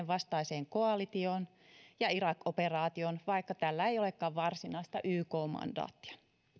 vastaiseen koalitioon ja irak operaatioon vaikka tällä ei olekaan varsinaista ykn mandaattia